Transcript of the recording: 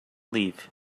leave